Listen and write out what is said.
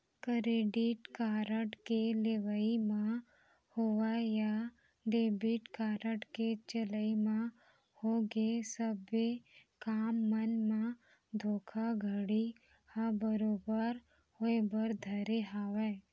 credit card के लेवई म होवय या डेबिट कारड के चलई म होगे सबे काम मन म धोखाघड़ी ह बरोबर होय बर धरे हावय